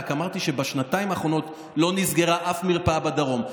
רק אמרתי שבשנתיים האחרונות לא נסגרה אף מרפאה בדרום.